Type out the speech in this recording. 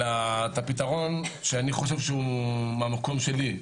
אלא את הפתרון שהוא מהמקום שלי,